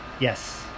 Yes